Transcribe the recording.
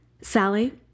Sally